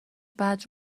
بعد